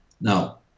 Now